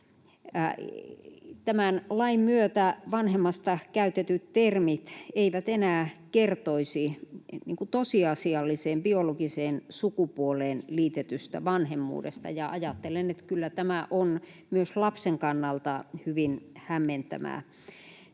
Tämän lain myötä vanhemmasta käytetyt termit eivät enää kertoisi tosiasialliseen biologiseen sukupuoleen liitetystä vanhemmuudesta, ja ajattelen, että kyllä tämä on myös lapsen kannalta hyvin hämmentävää.